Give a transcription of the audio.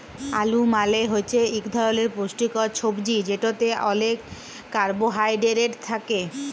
আলু মালে হছে ইক ধরলের পুষ্টিকর ছবজি যেটতে অলেক কারবোহায়ডেরেট থ্যাকে